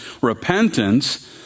repentance